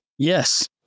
Yes